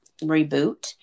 reboot